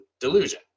delusion